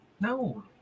No